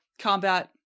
combat